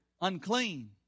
unclean